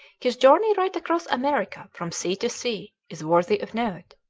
his journey right across america from sea to sea is worthy of note,